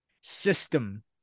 system